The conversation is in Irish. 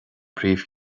bpríomh